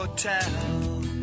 Hotel